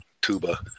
tuba